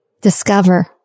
discover